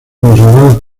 consideradas